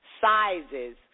sizes